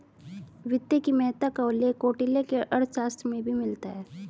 वित्त की महत्ता का उल्लेख कौटिल्य के अर्थशास्त्र में भी मिलता है